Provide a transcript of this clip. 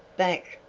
back!